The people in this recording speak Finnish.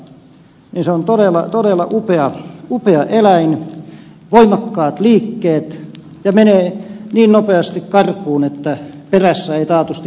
kun sen kohtaa niin se on todella upea eläin voimakkaat liikkeet ja menee niin nopeasti karkuun että perässä ei taatusti pysy